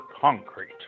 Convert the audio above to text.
Concrete